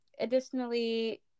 Additionally